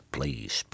Please